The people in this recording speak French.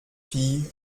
fille